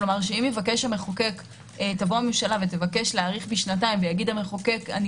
כלומר שאם תבוא הממשלה ותבקש להאריך בשנתיים והמחוקק יגיד: אני